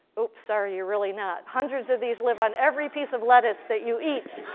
oop. sorry. you're really not. hundreds of these live on every piece of lettuce that you eat,